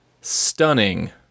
stunning